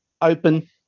open